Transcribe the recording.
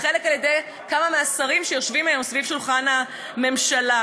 חלק על-ידי כמה מהשרים שיושבים היום סביב שולחן הממשלה.